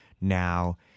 now